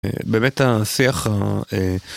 באמת השיח ה...